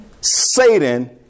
Satan